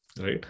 right